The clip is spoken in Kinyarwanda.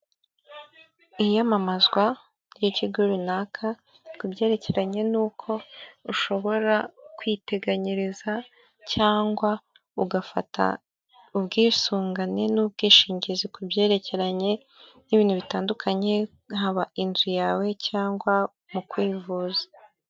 Iyamamazwa ry'ikigo runaka ku byerekeranye n'uko ushobora kwiteganyiriza cyangwa ugafata ubwisungane n'ubwishingizi ku byerekeranye n'ibintu bitandukanye, haba inzu yawe cyangwa mu kwivuza.